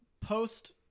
Post-